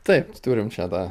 taip turim šią da